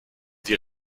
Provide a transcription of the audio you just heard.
die